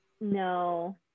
No